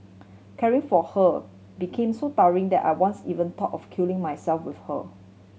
caring for her became so tiring that I once even thought of killing myself with her